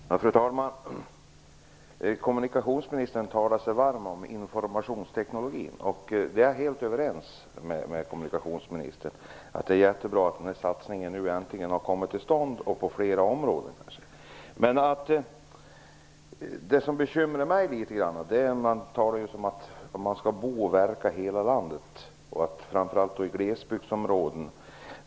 Fru talman! Kommunikationsministern talar sig varm för informationsteknologin. Jag är helt överens med kommunikationsministern om att det är jättebra att den satsningen nu äntligen har kommit till stånd på flera områden. Men jag är ändå litet bekymrad. Det talas om att man skall kunna bo och verka i hela landet, och det talas då framför allt om glesbygdsområden.